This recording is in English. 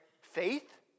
faith